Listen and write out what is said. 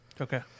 okay